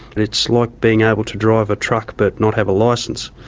it's like being able to drive a truck but not have a licence.